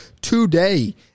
today